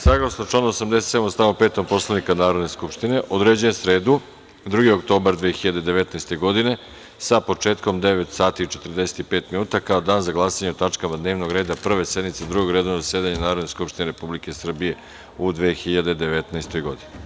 Saglasno članu 87. stav 5. Poslovnika Narodne skupštine, određujem sredu, 2. oktobar 2019. godine, sa početkom u 9.45 časova kao dan za glasanje o tačkama dnevnog reda Prve sednice Drugog redovnog zasedanja Narodne skupštine Republike Srbije u 2019. godini.